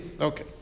Okay